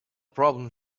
problem